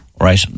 Right